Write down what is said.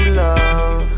love